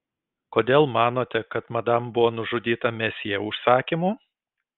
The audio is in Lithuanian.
kodėl manote kad madam buvo nužudyta mesjė užsakymu